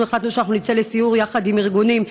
אנחנו החלטנו שאנחנו נצא לסיור יחד עם ארגונים.